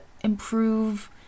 improve